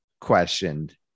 questioned